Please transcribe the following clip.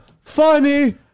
Funny